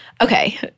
Okay